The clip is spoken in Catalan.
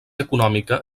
econòmica